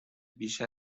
بیش